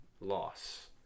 loss